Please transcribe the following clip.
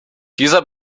dieser